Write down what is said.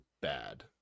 bad